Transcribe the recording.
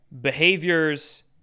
behaviors